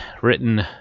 written